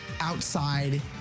outside